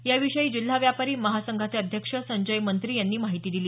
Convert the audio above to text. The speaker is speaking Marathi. याविषयी जिल्हा व्यापारी महासंघाचे अध्यक्ष संजय मंत्री यांनी माहिती दिली